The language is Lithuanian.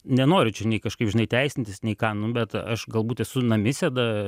nenoriu čia kažkaip žinai teisintis nei ką nu bet aš galbūt esu namisėda